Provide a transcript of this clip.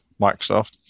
Microsoft